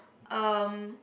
um